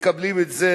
מקבלים את זה